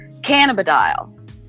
cannabidiol